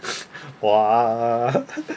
!wah!